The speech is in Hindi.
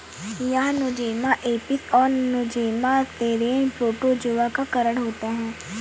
यह नोज़ेमा एपिस और नोज़ेमा सेरेने प्रोटोज़ोआ के कारण होता है